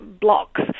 blocks